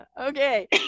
Okay